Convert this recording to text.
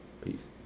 Peace